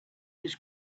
his